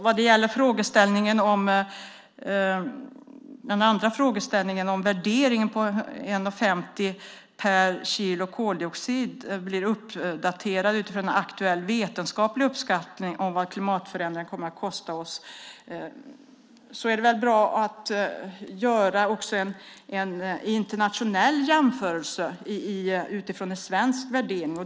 Vad gäller den andra frågeställningen om värderingen på 1:50 kronor per kilo koldioxid blir uppdaterad utifrån en aktuell vetenskaplig uppskattning av vad klimatförändringarna kommer att kosta oss är det väl bra att också göra en internationell jämförelse utifrån en svensk värdering.